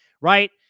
Right